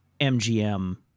mgm